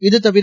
இதுதவிர